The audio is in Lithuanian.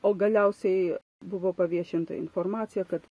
o galiausiai buvo paviešinta informacija kad